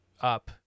up